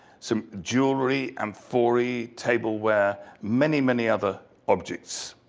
some jewelry, amphorae, tableware, many, many other objects.